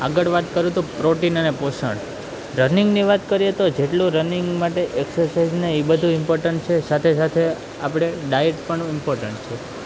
આગળ વાત કરું તો પ્રોટીન અને પોષણ રનિંગની વાત કરીએ તો જેટલું રનિંગ માટે એકસરસાઈઝને એ બધુ ઈમ્પોર્ટન્ટ છે સાથે સાથે આપણો ડાઇટ પણ ઈમ્પોર્ટન્ટ છે